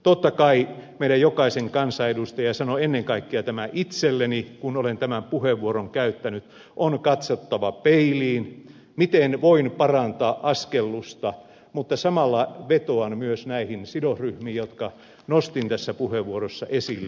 totta kai meidän jokaisen kansanedustajan ja sanon ennen kaikkea tämän itselleni kun olen tämän puheenvuoron käyttänyt on katsottava peiliin miten voin parantaa askellusta mutta samalla vetoan myös näihin sidosryhmiin jotka nostin tässä puheenvuorossa esille